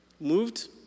moved